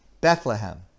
Bethlehem